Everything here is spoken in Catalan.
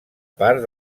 part